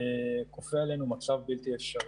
כופה עלינו מצב בלתי אפשרי.